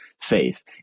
faith